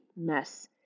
mess